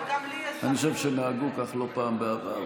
אבל גם לי יש --- אני חושב שנהגו כך לא פעם בעבר.